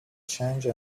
change